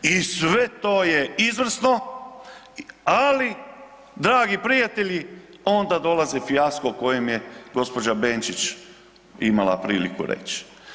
I sve to je izvrsno, ali dragi prijatelji onda dolazi fijasko o kojem je gđa. Benčić imala priliku reć.